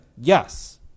yes